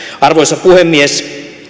arvoisa puhemies